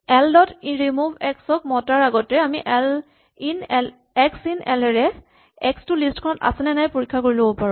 L dot remove X ক মতাৰ আগতে আমি এক্স ইন এল এৰে এক্স টো লিষ্ট খনত আছেনে নাই পৰীক্ষা কৰি ল'ব পাৰোঁ